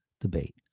debate